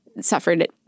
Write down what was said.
suffered